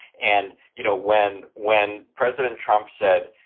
and, you know, when when president trump said,